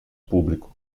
público